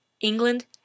england